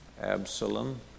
Absalom